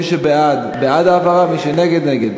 מי שבעד, בעד ההעברה, מי שנגד, נגד.